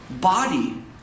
body